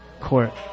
court